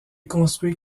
construit